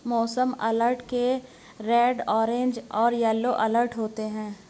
मौसम अलर्ट के red orange और येलो अलर्ट होते हैं